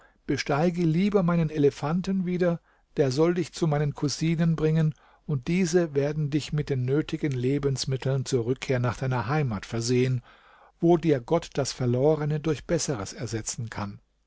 besteige lieber meinen elefanten wieder der soll dich zu meinen cousinen bringen und diese werden dich mit den nötigen lebensmitteln zur rückkehr nach deiner heimat versehen wo dir gott das verlorene durch besseres ersetzen kann